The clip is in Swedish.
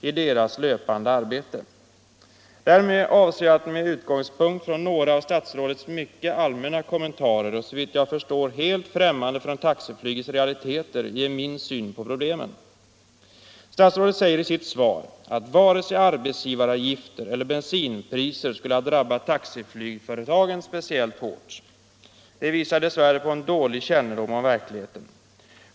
Nr 86 Därmed avser jag att med utgångspunkt i några av statsrådets mycket allmänna kommentarer, såvitt jag förstår helt främmande för taxiflygets realiteter, ge min syn på problemen. Statsrådet säger i sitt svar att varken arbetsgivaravgifter eller höjda Om taxiflygföretabensinpriser skulle ha drabbat taxiflygföretagen speciellt hårt. Det visar gens ekonomiska dess värre på en dålig kännedom om verkligheten.